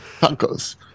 tacos